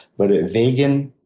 but a vegan,